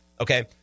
okay